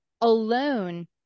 alone